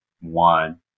one